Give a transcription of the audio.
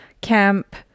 camp